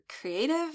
creative